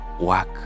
work